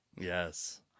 Yes